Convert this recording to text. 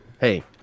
Hey